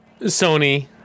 Sony